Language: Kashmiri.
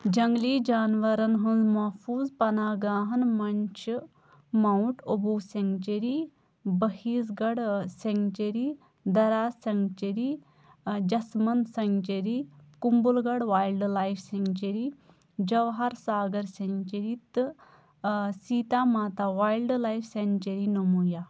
جنٛگلی جانورن ہنٛز محفوظ پناہ گاہن منٛز چھِ mount Abu sanctuary Bhainsrorgarh ٲں سیٚنٛکچری درہ سیٚنٛکچری ٲں Jaisamand sanctuary Kumbhalgarh wildlife sanctuary Jawahar Sagar sanctuary تہٕ ٲں Sita Mata wildlife sanctuary نمایاں